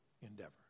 endeavor